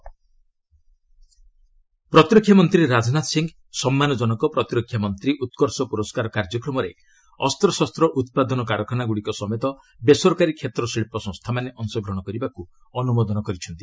ସ ରାଜନାଥ ପ୍ରାଇଭେଟ୍ ସେକୁର ପ୍ରତିରକ୍ଷା ମନ୍ତ୍ରୀ ରାଜନାଥ ସିଂହ ସମ୍ମାନ ଜନକ ପ୍ରତିରକ୍ଷା ମନ୍ତ୍ରୀ ଉତ୍କର୍ଷ ପୁରସ୍କାର କାର୍ଯ୍ୟକ୍ରମରେ ଅସ୍ତଶସ୍ତ ଉତ୍ପାଦନ କାରଖାନାଗୁଡ଼ିକ ସମେତ ବେସରକାରୀ କ୍ଷେତ୍ର ଶିଳ୍ପ ସଂସ୍ଥାମାନେ ଅଂଶଗ୍ରହଣ କରିବାକୁ ଅନ୍ତ୍ରମୋଦନ କରିଛନ୍ତି